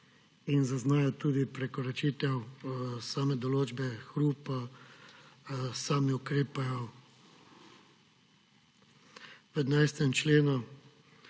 in zaznajo tudi prekoračitev same določbe hrupa, sami ukrepajo. V 11. členu